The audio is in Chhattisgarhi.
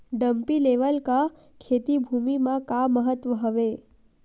डंपी लेवल का खेती भुमि म का महत्व हावे?